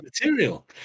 material